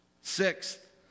Sixth